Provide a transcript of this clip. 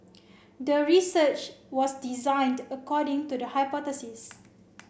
the research was designed according to the hypothesis